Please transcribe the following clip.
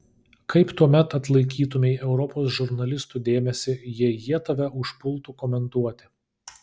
kaip tuomet atlaikytumei europos žurnalistų dėmesį jei jie tave užpultų komentuoti